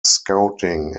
scouting